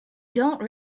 don’t